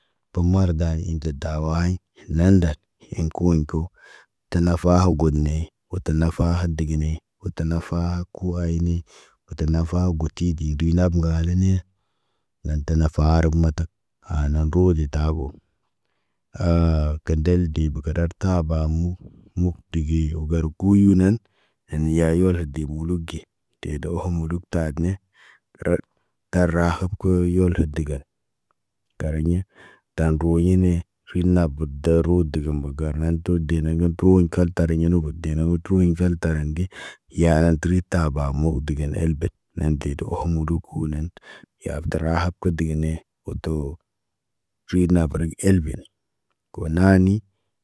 Tə mardani intu dawaɲi, nandal, in koyiko. Tə nafaa hu got nee, wo tə nafaa ha dəgne, wa ta nafaha kuwayni, wa tə nafahu got tiidi dəz lab ŋgalinee. Naan tə nafa harab matak, hanan roobe detabo. Haa kendel de bə kadar taaba mu, muk tigee wo garguyu nan. En yaa yoh deb muuluk ge, te doo ho muluk taadene, rɔɗ tar rahab kə yolo dəgan. Tariɲa, tar ŋgəro ɲene, rit nab bab daaruu dəgən ba garna tudene tooɲ kal tariɲa nəbut dee na mətər təru yin vel tarin ɗi, yaana təri taaba mog digen elbe. Nen de tə oho muluku nen, ya af tərahab kə degene, oto, ɟuwit na vəre elben konanii.